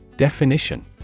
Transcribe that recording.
Definition